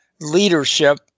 leadership